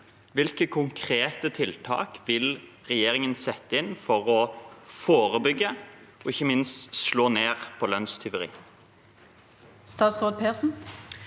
Hvilke konkrete tiltak vil regjeringen sette inn for å forebygge og slå ned på lønnstyveri?» Statsråd Marte